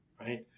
right